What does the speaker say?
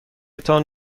تان